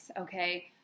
Okay